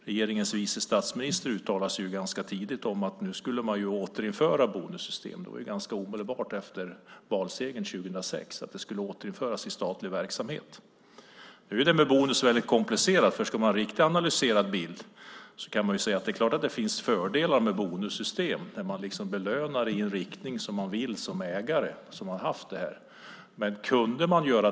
Regeringens vice statsminister uttalade sig ganska omedelbart efter valsegern 2006 om att man skulle återinföra bonussystem i statlig verksamhet. Nu är det här med bonus väldigt komplicerat, för ska man ha en riktigt analyserad bild är det klart att det finns fördelar med bonussystem där ägaren belönar i en önskad riktning.